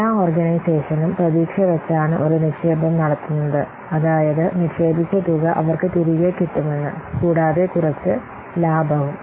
എല്ലാ ഒർഗനസേഷനും പ്രതീക്ഷ വെച്ചാണ് ഒരു നിക്ഷേപം നടത്തുന്നത് അതായത് നിക്ഷേപിച്ച തുക അവര്ക് തിരകെ കിട്ടുമെന്ന് കൂടാതെ കുറച്ച് ലാഭവും